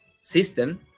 system